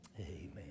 Amen